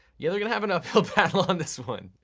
yeah, they're gonna have an uphill battle on this one.